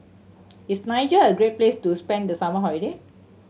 is Niger a great place to spend the summer holiday